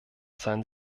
sein